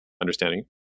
understanding